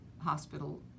Hospital